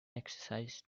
exercise